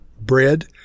bread